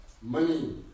money